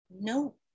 no